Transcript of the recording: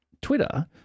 Twitter